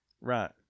Right